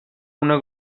una